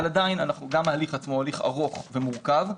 עדיין גם ההליך עצמו הוא הליך ארוך ומורכב .